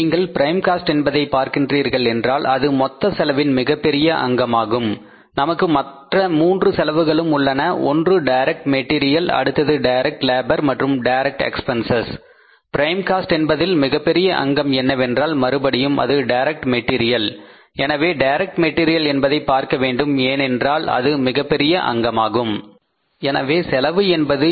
நீங்கள் prime cost என்பதை பார்க்கிறீர்கள் என்றால் அது மொத்தச் செலவின் மிகப்பெரிய அங்கமாகும் நமக்கு மற்ற மூன்று செலவுகளும் உள்ளன ஒன்று டைரக்ட் மெட்டீரியல் அடுத்தது டைரக்ட் லேபர் மற்றும் டைரக்ட் எக்பென்சஸ் ப்ரைம் காஸ்ட் என்பதில் மிகப்பெரிய அங்கம் என்னவென்றால் மறுபடியும் அது டைரக்ட் மெட்டீரியல் எனவே டைரக்ட் மெட்டீரியல் என்பதை நாம் பார்க்க வேண்டும் ஏனென்றால் அது மிகப்பெரிய அங்கமாகும் எனவே செலவு என்பது என்ன